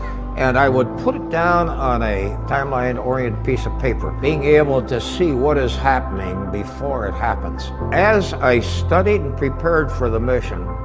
and i would put it down on a timeline oriented piece of paper. being able to see what is happening before it happens. as i studied and prepared for the mission,